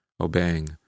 obeying